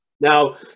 Now